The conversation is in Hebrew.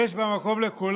תומכת, שיש בה מקום לכולם,